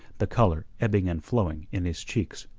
the colour ebbing and flowing in his cheeks.